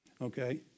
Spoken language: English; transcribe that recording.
Okay